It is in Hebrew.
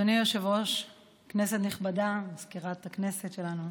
אדוני היושב-ראש, כנסת נכבדה, מזכירת הכנסת שלנו,